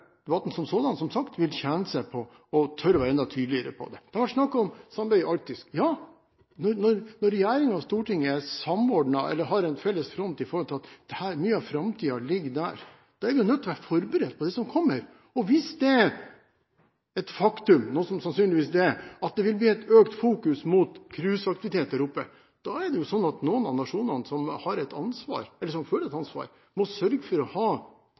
som sådan vil tjene på å tørre å være enda tydeligere på det. Det har vært snakk om samarbeid i Arktis. Når regjeringen og Stortinget er samordnet, eller har en felles front med tanke på at mye av framtiden ligger der, er vi nødt til å være forberedt på det som kommer. Hvis det er et faktum, noe det sannsynligvis er, at det vil bli et økt fokus mot cruiseaktivitet der oppe, er det sånn at noen av nasjonene som føler et ansvar, må sørge for f.eks. å ha en form for redningstjeneste til stede. Vi er nødt til å